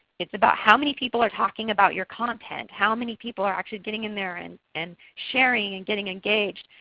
it's about how many people are talking about your content, how many people are actually getting in there and and sharing and getting engaged.